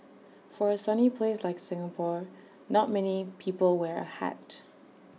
for A sunny place like Singapore not many people wear A hat